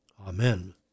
Amen